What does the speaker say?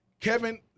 Kevin